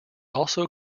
also